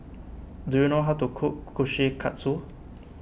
do you know how to cook Kushikatsu